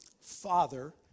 father